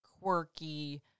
quirky